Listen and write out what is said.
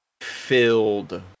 filled